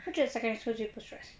只有 secondary school 就不 stress